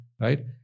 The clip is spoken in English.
right